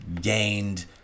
gained